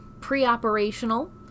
pre-operational